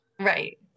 right